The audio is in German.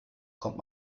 kommt